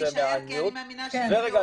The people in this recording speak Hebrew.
תישאר כי אני מאמינה שאנחנו --- רגע,